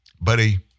Buddy